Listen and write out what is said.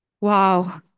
wow